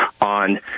on